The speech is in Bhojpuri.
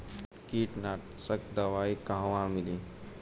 कीटनाशक दवाई कहवा मिली?